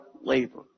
labor